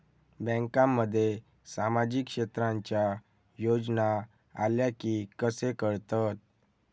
बँकांमध्ये सामाजिक क्षेत्रांच्या योजना आल्या की कसे कळतत?